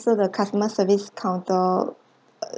so the customer service counter